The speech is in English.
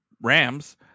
Rams